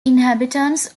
inhabitants